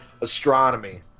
Astronomy